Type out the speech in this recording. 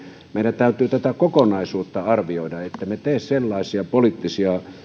meidän täytyy tätä kokonaisuutta arvioida ettemme tee sellaisia poliittisia